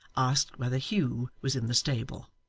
asked whether hugh was in the stable.